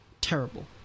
terrible